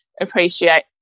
appreciate